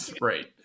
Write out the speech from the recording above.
Right